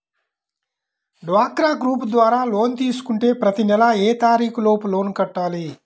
డ్వాక్రా గ్రూప్ ద్వారా లోన్ తీసుకుంటే ప్రతి నెల ఏ తారీకు లోపు లోన్ కట్టాలి?